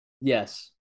Yes